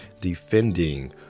defending